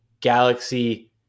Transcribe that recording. Galaxy